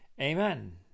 Amen